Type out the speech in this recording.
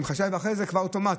זה כבר אוטומטית.